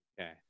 okay